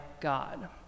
God